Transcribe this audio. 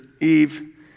Eve